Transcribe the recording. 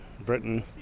Britain